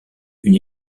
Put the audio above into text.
une